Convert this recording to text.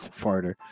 farter